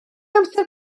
amser